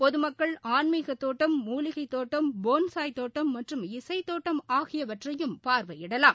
பொதுமக்கள் ஆன்மீகத் தோட்டம் மூலிகை தோட்டம் போன்சாய் தோட்டம் மற்றும் இசை தோட்டம் ஆகியவற்றையும் பார்வையிடலாம்